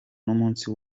n’umunsi